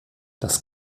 das